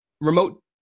remote